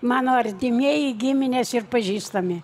mano artimieji giminės ir pažįstami